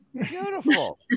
Beautiful